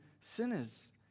sinners